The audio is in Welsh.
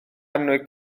annwyd